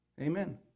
Amen